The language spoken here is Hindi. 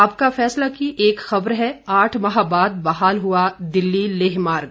आपका फैसला की एक खबर है आठ माह बाद बहाल हुआ दिल्ली लेह मार्ग